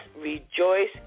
rejoice